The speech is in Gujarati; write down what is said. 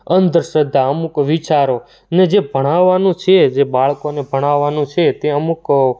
અંધશ્રદ્ધા અમુક વિચારો નેજે ભણાવાનું છે જે બાળકોને ભણાવાનું છે ત્યાં અમુક